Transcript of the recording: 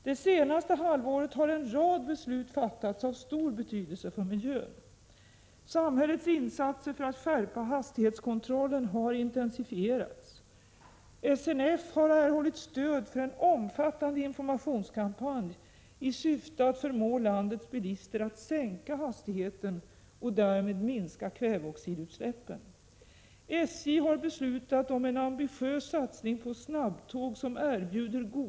Det senaste halvåret har en rad beslut fattats av stor betydelse för miljön: = Samhällets insatser för att skärpa hastighetskontrollen har intensifierats. — SNF har erhållit stöd för en omfattande informationskampanj i syfte att förmå landets bilister att sänka hastigheten och därmed minska kväveoxidutsläppen.